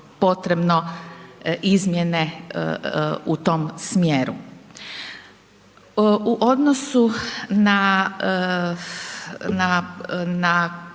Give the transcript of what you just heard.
izmjene u tom smjeru. U odnosu na